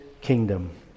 kingdom